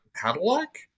Cadillac